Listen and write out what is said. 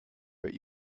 but